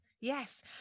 Yes